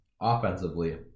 Offensively